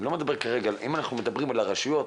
אם אנחנו מדברים על הרשויות,